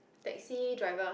taxi driver